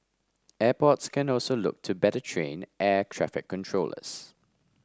airports can also look to better train air traffic controllers